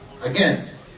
Again